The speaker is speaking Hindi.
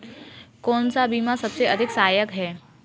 कौन सा बीमा सबसे अधिक सहायक है?